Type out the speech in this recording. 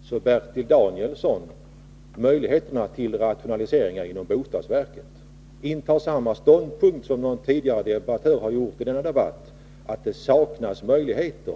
Fru talman! Nu avvisar Bertil Danielsson också möjligheterna att rationalisera inom bostadsverket och intar samma ståndpunkt som tidigare debattörer har gjort i denna debatt, nämligen